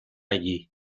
allí